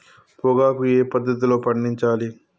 పొగాకు ఏ పద్ధతిలో పండించాలి?